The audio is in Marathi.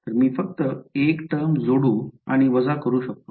तर मी फक्त एक टर्म जोडू आणि वजा करू शकतो